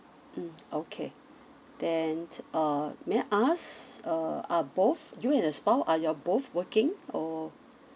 mm okay then uh may I ask uh are both you and your spouse are you are both working or